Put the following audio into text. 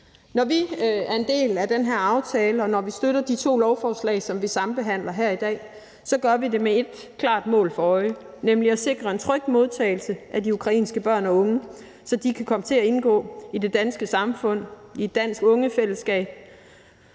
Når vi er en del af den her aftale, og når vi støtter de to lovforslag, som vi sambehandler her i dag, gør vi det med ét klart mål for øje, nemlig at sikre en tryg modtagelse af de ukrainske børn og unge, så de kan komme til at indgå i det danske samfund, i et dansk ungefællesskab,